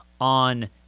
on